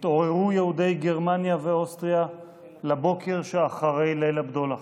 התעוררו יהודי גרמניה ואוסטריה לבוקר שאחרי ליל הבדולח,